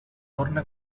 torna